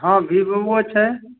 हँ वीवोओ छै